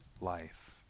life